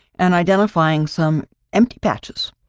and identifying some empty patches.